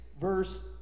verse